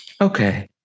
okay